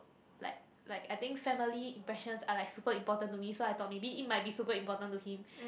like like I think family impressions are like super important to me so I thought it might be super important to him